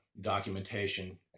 documentation